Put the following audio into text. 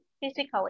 physically